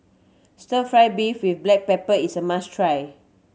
Stir Fry beef with black pepper is a must try